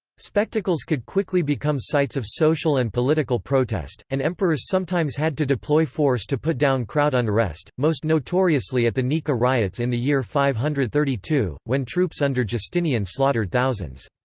spectacles could quickly become sites of social and political protest, and emperors sometimes had to deploy force to put down crowd unrest, most notoriously at the nika riots in the year five hundred and thirty two, when troops under justinian slaughtered thousands.